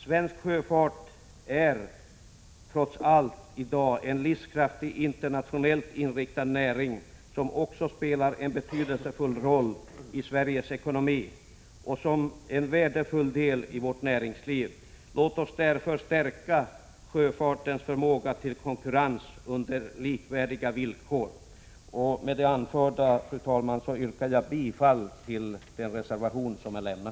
Svensk sjöfart är trots allt i dag en livskraftig, internationellt inriktad näring, som också spelar en betydelsefull roll i Sveriges ekonomi och som utgör en värdefull del av vårt näringsliv. Låt oss därför stärka sjöfartens förmåga till konkurrens under likvärdiga villkor. Med det anförda, fru talman, yrkar jag bifall till den reservation som är lämnad.